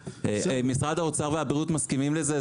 משרד האוצר והבריאות מסכימים לזה,